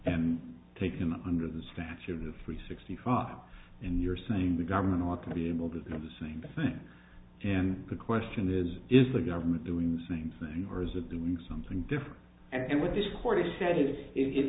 and taken under the statute and the three sixty five and you're saying the government ought to be able to know the same thing and the question is is the government doing the same thing or is it doing something different and what this court has said is i